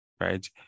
right